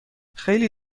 خیلی